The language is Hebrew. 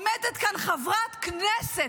עומדת כאן חברת כנסת,